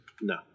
No